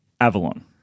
Avalon